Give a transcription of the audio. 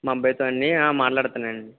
మా అబ్బాయితో అండి మాట్లాడతానండి